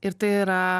ir tai yra